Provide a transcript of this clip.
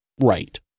Right